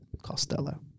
Costello